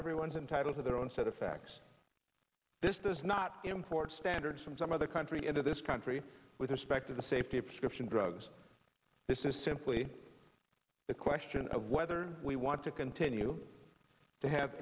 everyone's entitled to their own set of facts this does not import standards from some other country into this country with respect to the safety of prescription drugs this is simply a question of whether we want to continue to have